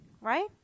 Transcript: right